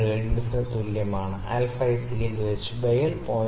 00133 റേഡിയൻസിന് തുല്യമാണ് ശരി